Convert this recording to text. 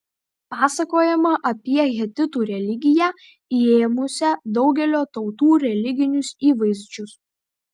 pasakojama apie hetitų religiją įėmusią daugelio tautų religinius įvaizdžius